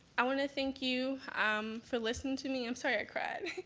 i want to thank you um for listening to me, i'm sorry i cried.